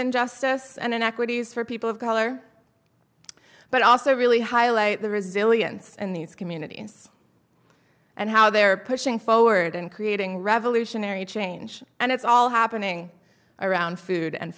injustice and inequities for people of color but also really highlight the resilience in these communities and how they're pushing forward and creating revolutionary change and it's all happening around food and